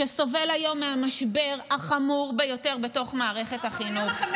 סובל היום מהמשבר החמור ביותר בתוך מערכת החינוך.